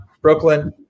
Brooklyn